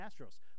Astros